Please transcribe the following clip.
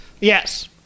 Yes